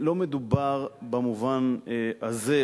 לא מדובר במובן הזה,